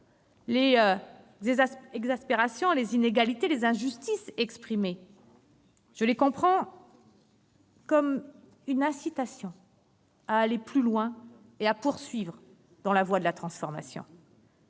Les exaspérations, les inégalités, les injustices exprimées, je les comprends comme une incitation à aller plus loin et à poursuivre dans la voie de la transformation.